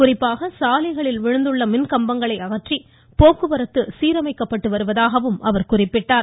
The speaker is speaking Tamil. குறிப்பாக சாலைகளில் விழுந்துள்ள மின்கம்பங்களை அகற்றி போக்குவரத்து சீரமைக்கப்படுவதாக அவர் குறிப்பிட்டார்